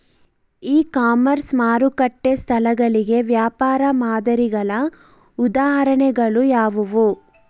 E commerce ಮಾರುಕಟ್ಟೆ ಸ್ಥಳಗಳಿಗೆ ವ್ಯಾಪಾರ ಮಾದರಿಗಳ ಉದಾಹರಣೆಗಳು ಯಾವುವು?